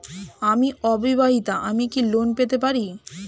আমি অবিবাহিতা আমি কি লোন পেতে পারি?